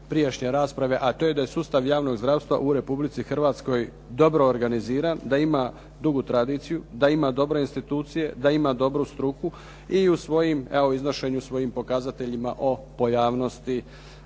prijašnje rasprave, a to je da je sustav javnog zdravstva u Republici Hrvatskoj dobro organiziran, da ima dugu tradiciju, da ima dobre institucije, da ima dobru struku i u svojim, evo iznošenju svojim pokazateljima o pojavnosti